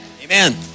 Amen